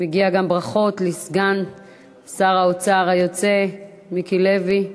מגיעות ברכות גם לסגן שר האוצר היוצא, מיקי לוי.